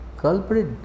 Culprit